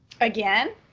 Again